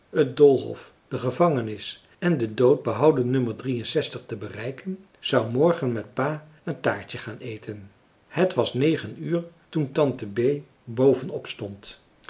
het doolhof de gevangenis en den dood marcellus emants een drietal novellen behouden nummer te bereiken zou morgen met pa een taartje gaan eten het was negen uur toen tante bee boven opstond